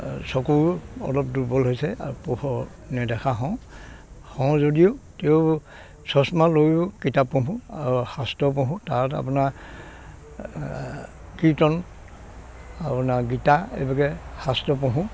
চকুও অলপ দুৰ্বল হৈছে আৰু পোহৰ নেদেখা হওঁ হওঁ যদিও তেউ চচমা লয়ো কিতাপ পঢ়োঁ আৰু শাস্ত্ৰ পঢ়োঁ তাত আপোনাৰ কীৰ্তন আপোনাৰ গীতা এইভাগে শাস্ত্ৰ পঢ়োঁ